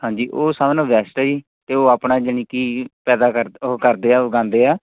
ਹਾਂਜੀ ਉਹ ਸਭ ਨਾਲੋਂ ਵੈਸਟ ਹੈ ਜੀ ਅਤੇ ਉਹ ਆਪਣਾ ਜਾਣੀ ਕਿ ਪੈਦਾ ਕਰ ਉਹ ਕਰਦੇ ਆ ਉਹ ਉਗਾਉਂਦੇ ਆ